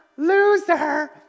Loser